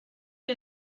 que